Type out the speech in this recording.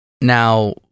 Now